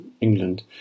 England